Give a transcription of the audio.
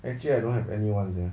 actually I don't have anyone ya